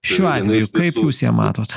šiuo atveju kaip jūs ją matot